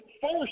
first